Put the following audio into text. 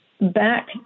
back